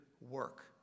work